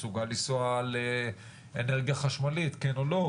מסוגל לנסוע על אנרגיה חשמלית כן או לא,